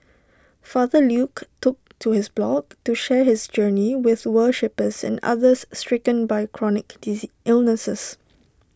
father Luke took to his blog to share his journey with worshippers and others stricken by chronic illnesses